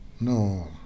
No